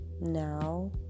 now